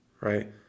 right